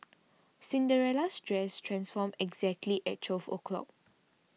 Cinderella's dress transformed exactly at twelve o'clock